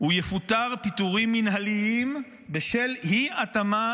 הוא יפוטר פיטורים מינהליים בשל אי-התאמה